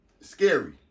scary